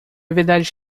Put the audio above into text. verdade